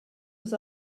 was